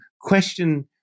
question